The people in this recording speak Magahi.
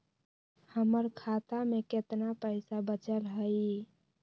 हमर खाता में केतना पैसा बचल हई?